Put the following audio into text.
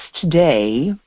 today